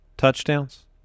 touchdowns